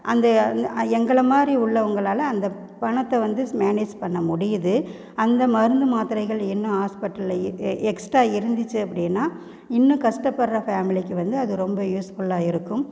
அந்த எங்களமாதிரி உள்ளவங்களால் அந்த பணத்தை வந்து மேனேஜ் பண்ண முடியுது அந்த மருந்து மாத்திரைகள் இன்னும் ஹாஸ்பிடலில் எக்ஸ்ட்ரா இருந்துச்சு அப்படின்னா இன்னும் கஸ்டப்படுற ஃபேமிலிக்கு வந்து அது ரொம்ப யூஸ்ஃபுல்லாக இருக்கும்